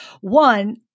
one